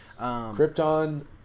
Krypton